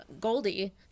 Goldie